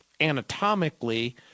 anatomically